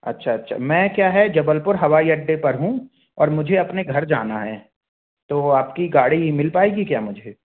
अच्छा अच्छा मैं क्या है जबलपुर हवाई अड्डे पर हूँ और मुझे अपने घर जाना है तो आपकी गाड़ी मिल पाएगी क्या मुझे